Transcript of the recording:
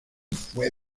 fue